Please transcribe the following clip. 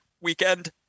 weekend